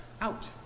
out